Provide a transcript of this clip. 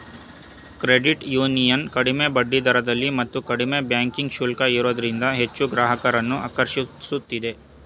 credit union ಕಡಿಮೆ ಬಡ್ಡಿದರದಲ್ಲಿ ಮತ್ತು ಕಡಿಮೆ ಬ್ಯಾಂಕಿಂಗ್ ಶುಲ್ಕ ಇರೋದ್ರಿಂದ ಹೆಚ್ಚು ಗ್ರಾಹಕರನ್ನು ಆಕರ್ಷಿಸುತ್ತಿದೆ